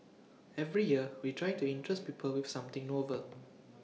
every year we try to interest people with something novel